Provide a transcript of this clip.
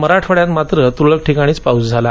मराठवाड्यात मात्र तुरळक ठिकाणीच पाऊस झाला